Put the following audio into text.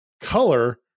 color